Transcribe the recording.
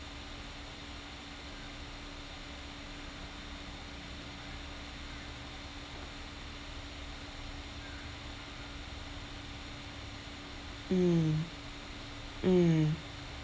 mm mm